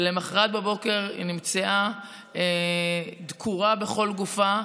ולמוחרת בבוקר היא נמצאה דקורה בכל גופה,